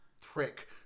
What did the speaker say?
prick